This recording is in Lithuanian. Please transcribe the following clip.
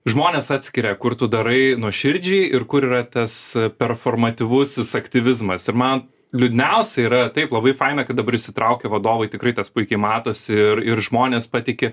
žmonės atskiria kur tu darai nuoširdžiai ir kur yra tas performativusis aktyvizmas ir man liūdniausia yra taip labai faina kad dabar įsitraukia vadovai tikrai tas puikiai matosi ir ir žmonės patiki